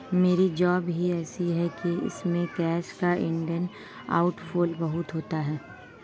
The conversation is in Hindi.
मेरी जॉब ही ऐसी है कि इसमें कैश का इन एंड आउट फ्लो बहुत होता है